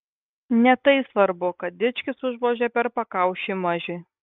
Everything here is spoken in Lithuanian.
ne tai svarbu kad dičkis užvožia per pakaušį mažiui